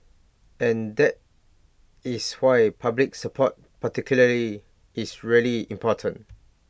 and that is why public support particularly is really important